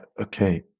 Okay